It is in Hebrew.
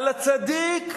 על הצדיק,